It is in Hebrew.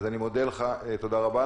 תודה רבה.